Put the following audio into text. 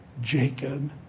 Jacob